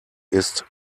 ist